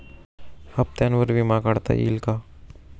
हप्त्यांवर विमा काढता येईल का?